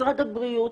משרד הבריאות,